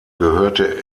gehörte